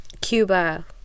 Cuba